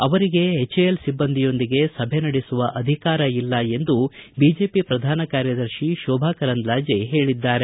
ಅವರಿಗೆ ಎಚ್ಎಎಲ್ ಿಬ್ಬಂದಿಯೊಂದಿಗೆ ಸಭೆ ನಡೆಸುವ ಅಧಿಕಾರ ಇಲ್ಲ ಎಂದು ಬಿಜೆಪಿ ಪ್ರಧಾನ ಕಾರ್ಯದರ್ಶಿ ಶೋಭಾ ಕರಂದ್ಲಾಜೆ ಹೇಳಿದ್ದಾರೆ